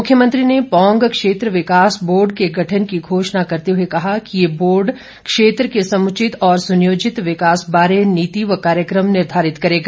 मुख्यमंत्री ने पौंग क्षेत्र विकास बोर्ड के गठन की घोषणा करते हुए कहा कि ये बोर्ड क्षेत्र के समुचित और सुनियोजित विकास बारे नीति व कार्यक्रम निर्धारित करेगा